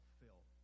fill